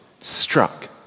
struck